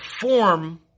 form